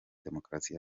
demokarasi